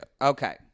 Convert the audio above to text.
Okay